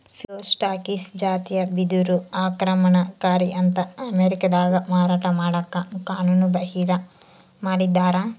Phyllostachys ಜಾತಿಯ ಬಿದಿರು ಆಕ್ರಮಣಕಾರಿ ಅಂತ ಅಮೇರಿಕಾದಾಗ ಮಾರಾಟ ಮಾಡಕ ಕಾನೂನುಬಾಹಿರ ಮಾಡಿದ್ದಾರ